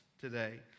today